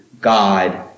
God